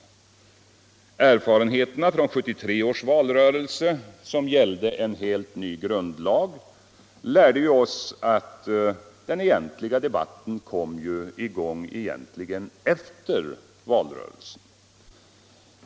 Av erfarenheterna från 1973 års valrörelse, som gällde en helt ny grundlag, lärde vi oss att den egentliga debatten kom i gång först efter valrörelsen.